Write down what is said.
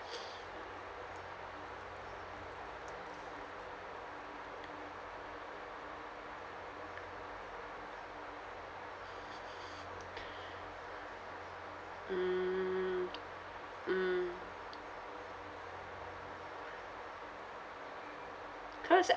mm mm clothes I